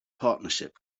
partnership